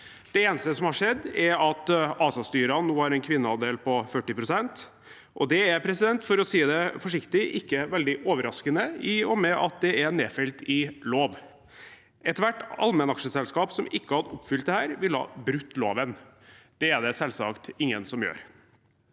Det eneste som har skjedd, er at ASA-styrene nå har en kvinneandel på 40 pst., og det er – for å si det forsiktig – ikke veldig overraskende i og med at det er nedfelt i lov. Ethvert allmennaksjeselskap som ikke hadde oppfylt dette, ville brutt loven. Det er det selvsagt ingen som gjør.